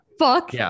Fuck